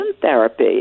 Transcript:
therapy